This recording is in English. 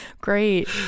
great